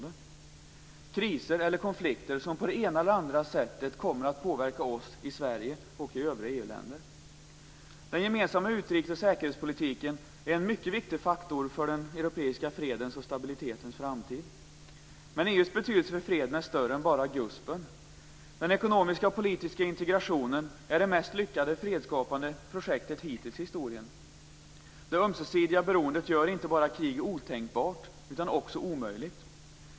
Det är kriser eller konflikter som på det ena eller andra sättet kommer att påverka oss i Sverige och i övriga EU-länder. Den gemensamma utrikes och säkerhetspolitiken är en mycket viktig faktor för den europeiska fredens och stabilitetens framtid. Men EU:s betydelse för freden är större än bara GUSP. Den ekonomiska och politiska integrationen är det mest lyckade fredsskapande projektet hittills i historien. Det ömsesidiga beroendet gör inte bara krig otänkbart utan också omöjligt.